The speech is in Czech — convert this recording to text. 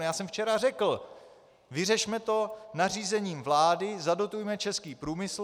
Já jsem včera řekl: Vyřešme to nařízením vlády, zadotujme český průmysl.